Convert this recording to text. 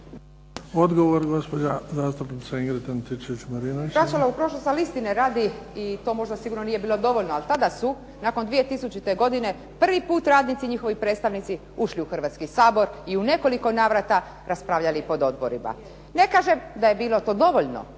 Odgovor gospođa zastupnica Ingrid Antičević-Marinović. **Antičević Marinović, Ingrid (SDP)** Vraćala u prošlost ali istine radi i to možda sigurno nije bilo dovoljno, ali tada su nakon 2000. godine prvi puta radnici i njihovi predstavnici ušli u Hrvatski sabor i u nekoliko navrata raspravljali po odborima. Ne kažem da je to bilo dovoljno